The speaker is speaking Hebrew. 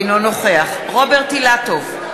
אינו נוכח רוברט אילטוב,